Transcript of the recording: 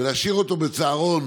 ולהשאיר אותו בצהרון